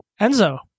Enzo